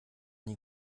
nie